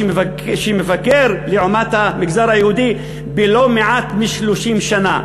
שמפגר לעומת המגזר היהודי בלא פחות מ-30 שנה.